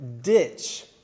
ditch